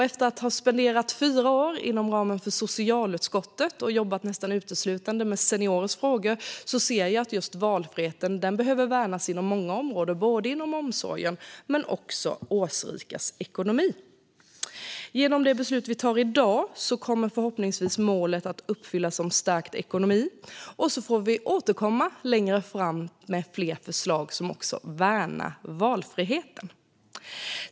Efter att ha spenderat fyra år inom ramen för socialutskottet och jobbat nästan uteslutande med seniorers frågor ser jag att just valfriheten för årsrika behöver värnas inom många områden - inom omsorg men också inom ekonomi. Genom det beslut vi fattar i dag kommer förhoppningsvis målet att uppfyllas om stärkt ekonomi. Vi får återkomma längre fram med fler förslag som också värnar valfriheten.